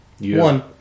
One